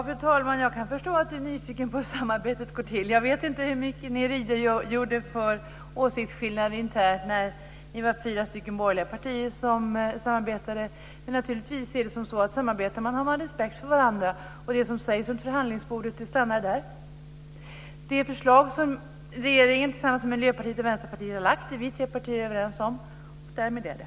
Fru talman! Jag kan förstå att Harald Nordlund är nyfiken på hur samarbetet går till. Jag vet inte hur mycket ni redogjorde för åsiktsskillnaderna internt när ni var fyra borgerliga partier som samarbetade. Om man samarbetar har man respekt för varandra. Det som sägs runt förhandlingsbordet stannar där. Det förslag som regeringen har lagt fram tillsammans med Miljöpartiet och Vänsterpartiet är vi tre partier överens om. Därmed är det.